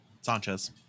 sanchez